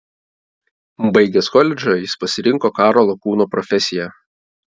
baigęs koledžą jis pasirinko karo lakūno profesiją